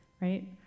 right